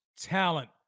talent